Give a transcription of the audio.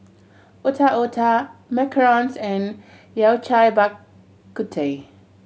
Otak Otak macarons and Yao Cai Bak Kut Teh